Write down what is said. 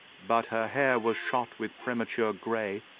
but her hair was shot with premature grey,